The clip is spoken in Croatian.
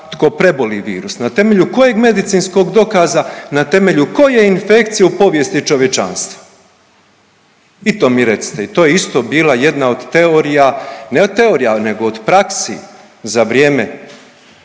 tko preboli virus? Na temelju kojeg medicinskog dokaza, na temelju koje infekcije u povijesti čovječanstva? I to mi recite i to je isto bila jedna od teorija, ne od torija nego od praksi za vrijeme